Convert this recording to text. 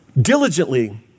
diligently